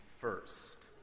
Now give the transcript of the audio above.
first